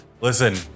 Listen